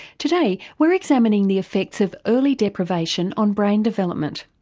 today we're examining the effects of early deprivation on brain development.